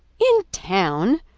in town!